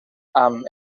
amb